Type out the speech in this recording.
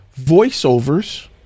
voiceovers